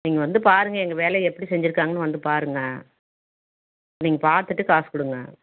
நீங்கள் வந்து பாருங்க எங்கள் வேலையை எப்படி செஞ்சுருக்காங்கன்னு வந்து பாருங்க நீங்கள் பார்த்துட்டு காசு கொடுங்க